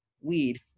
weed